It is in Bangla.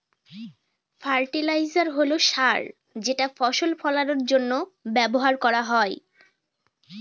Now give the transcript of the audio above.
ফার্টিলাইজার হল সার যেটা ফসল ফলানের জন্য ব্যবহার করা হয়